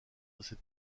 cette